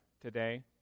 today